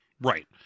Right